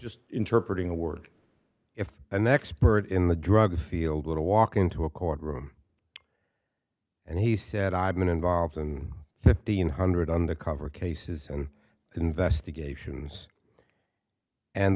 just interpret the word if an expert in the drug field would a walk into a courtroom and he said i've been involved in fifteen hundred undercover cases and investigations and